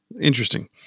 interesting